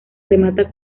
remata